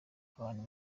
abantu